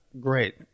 great